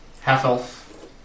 half-elf